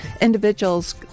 individuals